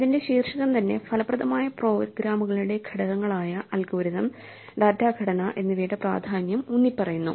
അതിന്റെ ശീർഷകം തന്നെ ഫലപ്രദമായ പ്രോഗ്രാമുകളുടെ ഘടകങ്ങളായ അൽഗോരിതം ഡാറ്റ ഘടന എന്നിവയുടെ പ്രാധാന്യം ഊന്നിപ്പറയുന്നു